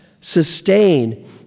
sustain